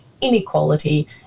inequality